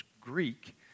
Greek